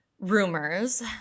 Rumors